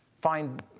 find